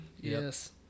Yes